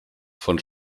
von